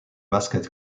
basket